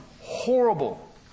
horrible